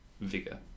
vigor